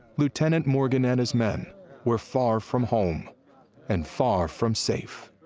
lieutenant morgan and his men were far from home and far from safe.